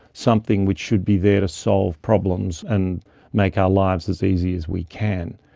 something which should be there to solve problems and make our lives as easy as we can.